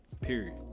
period